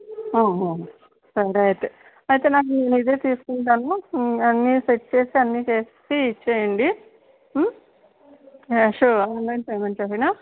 ఆహా సరే అయితే అయితే నాకు ఇదే తీసుకుంటాను అన్నీ సెట్ చేసి అన్నీ చేసి ఇచ్చేయండి క్యాష్ ఆన్లైన్ పేమెంట్ చేసేయనా